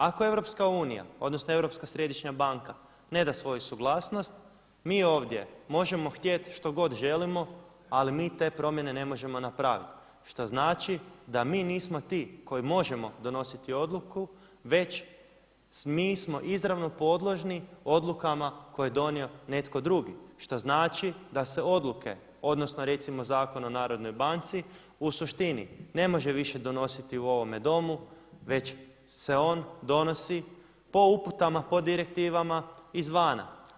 Ako EU odnosno Europska središnja banka ne da svoju suglasnost, mi ovdje možemo htjeti što god želimo ali mi te promjene ne možemo napraviti, što znači da mi nismo ti koji možemo donositi odluku već mi smo izravno podložni odlukama koje je donio netko drugi, što znači da se odluke odnosno recimo Zakon o HNB-u u suštini ne može više donositi u ovome Domu već se on donosi po uputama, po direktivama izvana.